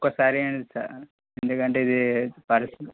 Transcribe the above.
ఒక్కసారి ఇవ్వండి సార్ ఎందుకంటే ఇది పరీక్షలు